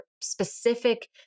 specific